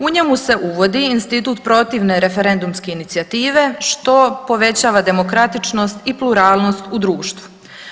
U njemu se uvodi institut protivne referendumske inicijative, što povećava demokratičnost i pluralnost u društvu.